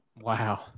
Wow